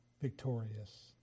victorious